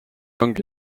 ongi